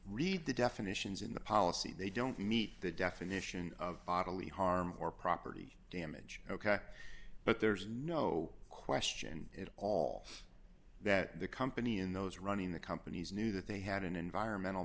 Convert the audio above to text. read the definitions in the policy they don't meet the definition of bodily harm or property damage ok but there's no question it all that the company in those running the company's new that they had an environmental